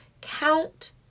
count